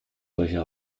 solche